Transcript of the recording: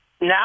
Now